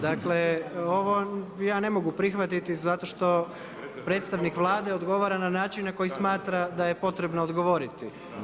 Dakle ovo ja ne mogu prihvatiti zato što predstavnik Vlade odgovara na način na koji smatra da je potrebno odgovoriti.